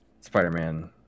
Spider-Man